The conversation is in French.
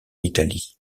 italie